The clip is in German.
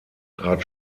trat